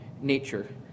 nature